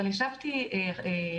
אדוני,